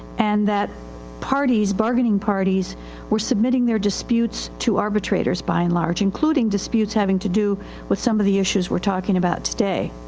and that parties, bargaining parties were submitting their disputes to arbitrators by and large, including disputes having to do with some of the issues weire talking about today.